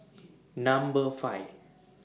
Number five